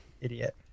idiot